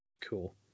Cool